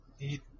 Eat